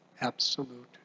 absolute